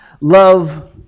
love